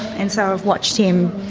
and so i've watched him